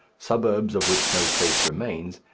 suburbs of which no trace remains,